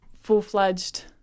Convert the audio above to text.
full-fledged